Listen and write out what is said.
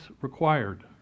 required